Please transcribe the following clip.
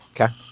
Okay